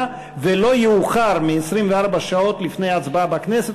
ולא יאוחר מ-24 שעות לפני ההצבעה בכנסת,